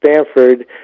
Stanford